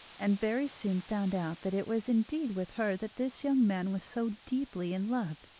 and very soon found out that it was indeed with her that this young man was so deeply in love.